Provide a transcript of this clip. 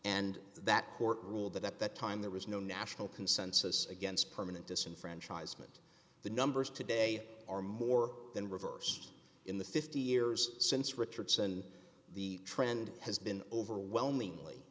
and that court ruled that at that time there was no national consensus against permanent disenfranchisement the numbers today are more than reverse in the fifty years since richardson the trend has been overwhelmingly